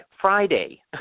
Friday